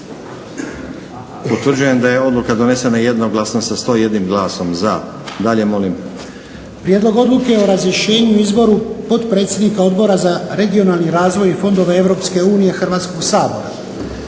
Utvrđujem da je odluka donesena jednoglasno sa 101 glasom za. Dalje molim. **Lučin, Šime (SDP)** Prijedlog odluke o razrješenju i izboru potpredsjednika Odbora za regionalni razvoj i fondove EU Hrvatskog sabora.